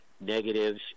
negatives